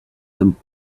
them